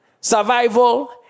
Survival